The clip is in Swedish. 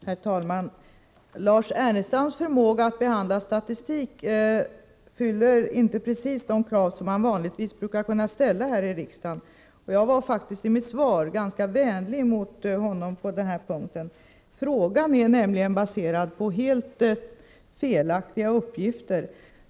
Herr talman! Lars Ernestams sätt att behandla statistik fyller inte precis de krav som man vanligtvis brukar kunna ställa här i riksdagen, och jag var i mitt svar ganska vänlig mot honom på denna punkt. Lars Ernestams fråga är nämligen baserad på helt felaktiga uppgifter.